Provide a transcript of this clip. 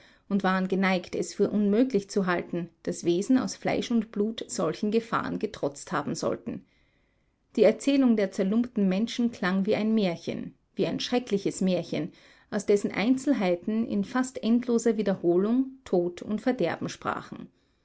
und waren geneigt es für unmöglich zu halten daß wesen aus fleisch und blut solchen gefahren getrotzt haben sollten die erzählung der zerlumpten menschen klang wie ein märchen wie ein schreckliches märchen aus dessen einzelheiten in fast endloser wiederholung tod und verderben sprachen